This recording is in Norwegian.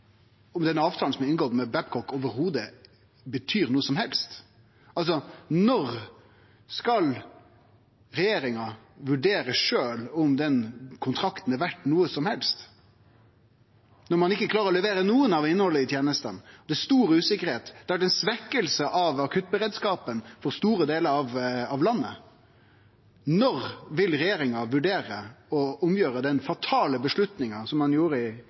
om denne avtalen som er inngått med Babcock, i det heile betyr noko som helst. Når skal regjeringa vurdere sjølv om den kontrakten er verd noko som helst – når ein ikkje klarar å levere noko av innhaldet i tenesta? Det er stor usikkerheit. Det har vore ei svekking av akuttberedskapen for store delar av landet. Når vil regjeringa vurdere å gjere om den fatale avgjerda som ein tok i